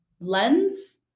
lens